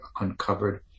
uncovered